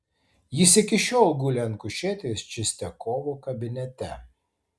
jis iki šiol guli ant kušetės čistiakovo kabinete